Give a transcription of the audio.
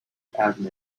avenue